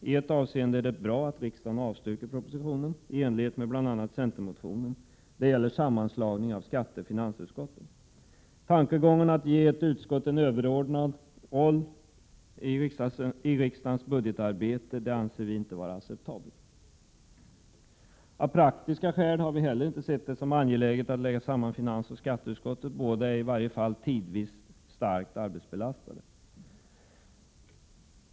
I ett avseende är det bra att riksdagen avstyrker propositionen, i enlighet med bl.a. en centermotion. Det gäller sammanslagningen av skatteoch finansutskotten. Tanken att ge ett utskott en överordnad roll i riksdagens budgetarbete anser vi inte vara acceptabel. Av praktiska skäl har vi inte heller sett det som angeläget att lägga samman finansoch skatteutskotten. Båda utskotten är, i varje fall tidvis, starkt arbetsbelastade.